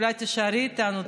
אולי תישארי איתנו,